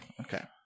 okay